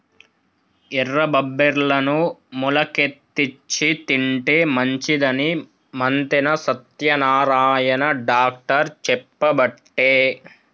ఎర్ర బబ్బెర్లను మొలికెత్తిచ్చి తింటే మంచిదని మంతెన సత్యనారాయణ డాక్టర్ చెప్పబట్టే